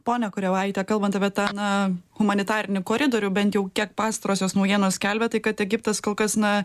ponia koreivaite kalbant apie tą na humanitarinį koridorių bent jau kiek pastarosios naujienos skelbė tai kad egiptas kol kas na